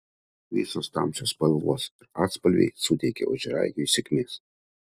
visos tamsios spalvos ir atspalviai suteikia ožiaragiui sėkmės